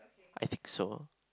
I think so